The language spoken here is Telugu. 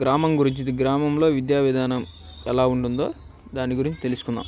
గ్రామం గురించి గ్రామంలో విద్యా విధానం ఎలా ఉంటుందో దాని గురించి తెలుసుకుందాం